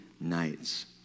nights